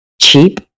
cheap